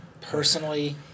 personally